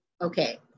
Okay